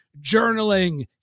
journaling